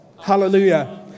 hallelujah